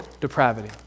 depravity